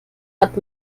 hat